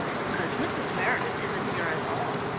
because mrs. meredith isn't here at all.